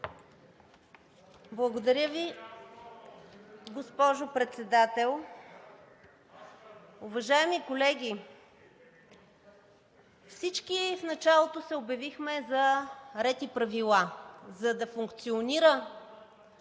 Благодаря Ви, госпожо Председател. Уважаеми колеги, всички в началото се обявихме за ред и правила. За да функционира